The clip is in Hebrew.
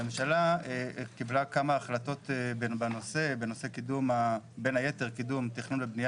הממשלה קיבלה כמה החלטות בין היתר בנושא קידום תכנון ובניה